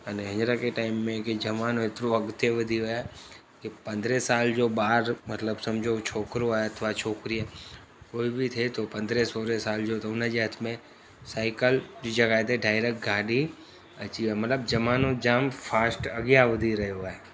अने हीअंर की टाइम में ज़मानो हेतिरो अॻिते वधी वियो आहे की पंद्रहं साल जो ॿारु मतिलबु सम्झो छोकिरो आहे अथवा छोकिरी आहे कोई बि थिए थो पंद्रहं सोरहं साल जो त उन जे हथ में साइकल जी जॻह ते डायरैक्ट गाॾी अची वियो मतिलबु ज़मानो जाम फास्ट अॻियां वधी रहियो आहे